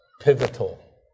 pivotal